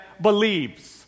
believes